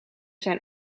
zijn